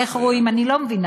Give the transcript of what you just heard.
איך רואים אני לא מבינה.